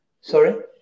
Sorry